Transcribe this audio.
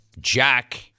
Jack